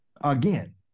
Again